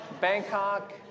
Bangkok